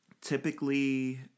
Typically